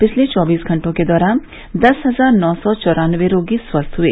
पिछले चौबीस घंटों के दौरान दस हजार नौ सौ चौरान्नबे रोगी स्वस्थ हुए